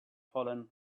fallen